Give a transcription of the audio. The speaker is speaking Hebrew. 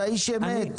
אתה איש אמת.